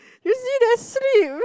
you see the sleep